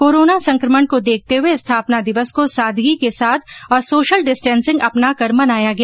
corona संकमण को देखते हुये स्थापना दिवस को सादगी के साथ और सोशल डिस्टेटिंग अपनाकर मनाया गया